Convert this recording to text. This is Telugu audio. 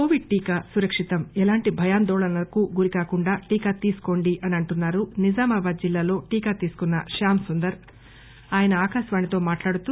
కోవిడ్ టీకా సురక్షితం ఎలాంటి భయాందోళనలకు గురి కాకుండా టీకా తీసుకోండి అని అంటున్నారు నిజామాబాద్ జిల్లాలో టీకా తీసుకున్న శ్యాం సుందర్ ఆకాశవాణికి తెలియజేశారు